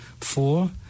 Four